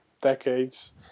decades